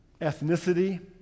ethnicity